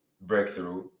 breakthrough